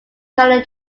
colour